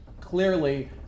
clearly